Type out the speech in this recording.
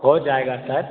हो जाएगा सर